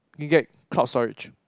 you can get cloud storage